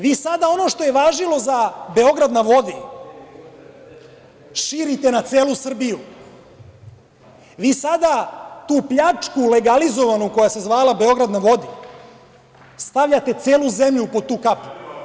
Vi sada ono što je važilo za „Beograd na vodi“ širite na celu Srbiju, vi sada tu legalizovanu pljačku koja se zvala „Beograd na vodi“ stavljate celu zemlju pod tu kapu.